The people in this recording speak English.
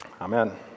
Amen